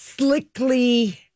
Slickly